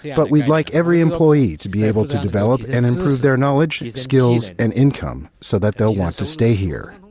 but we'd like every employee to be able to develop and improve their knowledge, skills and income so that they'll want to stay here.